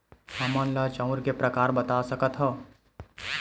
हमन ला चांउर के प्रकार बता सकत हव?